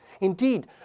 Indeed